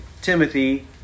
Timothy